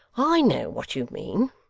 i know what you mean.